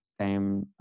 time